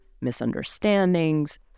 misunderstandings